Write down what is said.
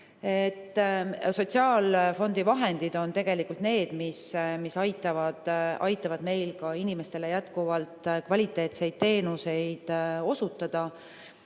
Sotsiaalfondi vahendid on tegelikult need, mis aitavad meil inimestele jätkuvalt kvaliteetseid teenuseid osutada,